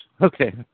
Okay